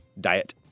diet